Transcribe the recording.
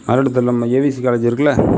மயிலாடுதுறையில் நம்ம AVC college இருக்குல